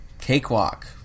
cakewalk